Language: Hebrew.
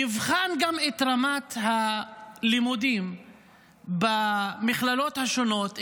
יבחן גם את רמת הלימודים במכללות השונות,